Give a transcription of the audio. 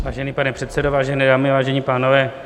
Vážený pane předsedo, vážené dámy, vážení pánové.